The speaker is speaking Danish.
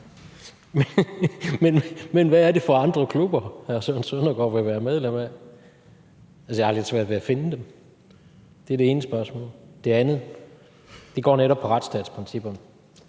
Men hvad er det for andre klubber, hr. Søren Søndergaard vil være medlem af? Jeg har lidt svært ved at finde dem. Det er det ene spørgsmål. Det andet går netop på retsstatsprincipperne,